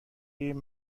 این